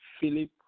Philip